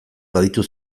baditu